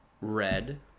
red